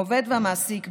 העובד והמעסיק,